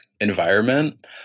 environment